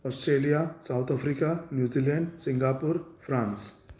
Australia South Africa New Zealand Singapore France